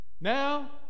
Now